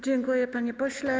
Dziękuję, panie pośle.